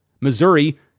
Missouri